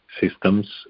systems